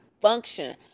function